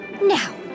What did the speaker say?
Now